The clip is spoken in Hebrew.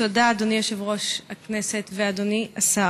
תודה, אדוני היושב-ראש ואדוני השר.